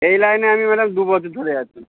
এই লাইনে আমি ম্যাডাম দু বছর ধরে আছি